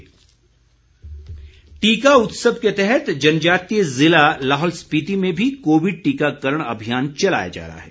Lahaul vaccine टीका उत्सव के तहत जनजातीय ज़िला लाहौल स्पीति में भी कोविड टीकाकरण अभियान चलाया जा रहा है